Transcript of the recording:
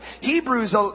Hebrews